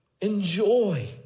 Enjoy